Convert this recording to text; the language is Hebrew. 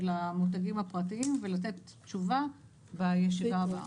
המותגים הפרטיים ולתת תשובה בישיבה הבאה.